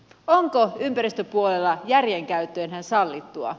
onko ympäristöpuolella järjen käyttö enää sallittua